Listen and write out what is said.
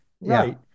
Right